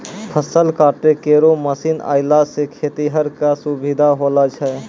फसल काटै केरो मसीन आएला सें खेतिहर क सुबिधा होलो छै